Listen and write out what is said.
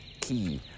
key